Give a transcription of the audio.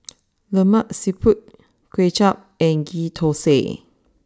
Lemak Siput Kway Chap and Ghee Thosai